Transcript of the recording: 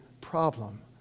problem